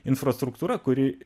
infrastruktūra kuri